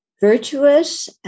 Virtuous